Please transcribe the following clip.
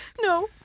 No